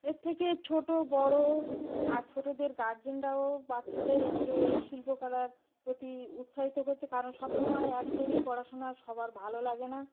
এর থেকে ছোট বড় আর ছোটদের গার্জিয়ানরাও বাচ্চাদের এগুলো এই শিল্পকলার প্রতি উৎসাহিত করছে কারণ সবসময় একঘেয়েমি পড়াশোনা সবার ভালো লাগে না